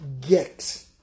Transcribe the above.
get